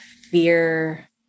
fear